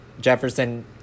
Jefferson